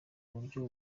buryo